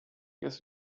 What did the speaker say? ist